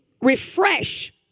refresh